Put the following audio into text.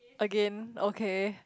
again okay